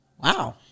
Wow